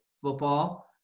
football